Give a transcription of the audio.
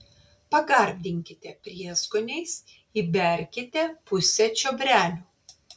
pagardinkite prieskoniais įberkite pusę čiobrelių